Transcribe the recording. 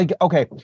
okay